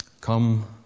Come